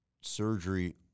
surgery